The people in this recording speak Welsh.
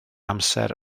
amser